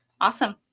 Awesome